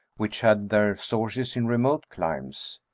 which had their sources in remote climes.